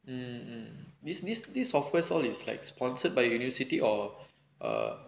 um this this this software all is like sponsored by university or a